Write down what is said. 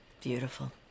Beautiful